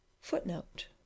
Footnote